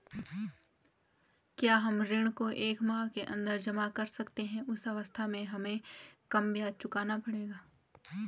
क्या हम ऋण को एक माह के अन्दर जमा कर सकते हैं उस अवस्था में हमें कम ब्याज चुकाना पड़ेगा?